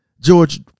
George